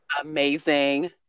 Amazing